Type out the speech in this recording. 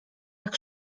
jak